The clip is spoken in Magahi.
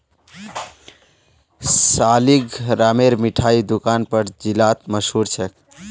सालिगरामेर मिठाई दुकान पूरा जिलात मशहूर छेक